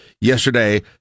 yesterday